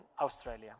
Australia